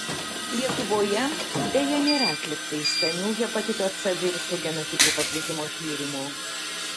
lietuvoje deja nėra atlikta išsamių hepatito c viruso genotipų paplitimo tyrimų